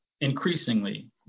increasingly